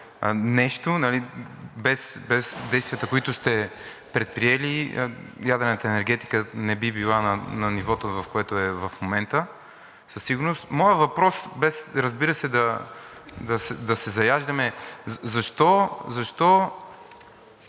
нещо – без действията, които сте предприели, ядрената енергетика не би била на нивото, в което е в момента, със сигурност. Моят въпрос, без, разбира се, да се заяждаме: защо